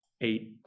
eight